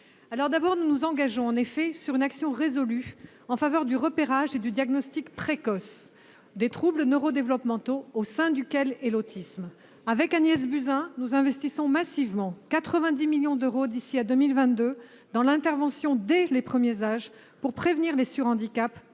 Nous nous engageons d'abord sur une action résolue en faveur du repérage et du diagnostic précoce des troubles neuro-développementaux, parmi lesquels l'autisme. Avec Agnès Buzyn, nous investirons massivement 90 millions d'euros d'ici à 2022 pour prévenir, dès les premiers âges, les sur-handicaps